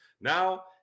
Now